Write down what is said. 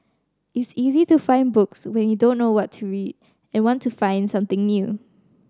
it's easy to find books when he don't know what to read and want to find something new